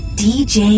dj